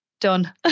done